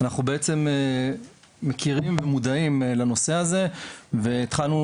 אנחנו מכירים ומודעים לנושא הזה והתחלנו